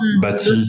bâti